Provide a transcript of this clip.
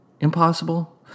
impossible